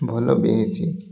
ଭଲ ବି ହେଇଛି